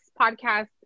podcast